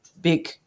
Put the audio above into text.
big